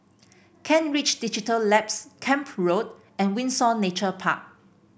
Kent Ridge Digital Labs Camp Road and Windsor Nature Park